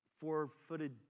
four-footed